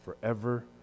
forever